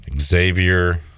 Xavier